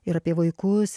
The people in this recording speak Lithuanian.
ir apie vaikus